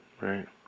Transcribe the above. right